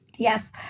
Yes